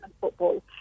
football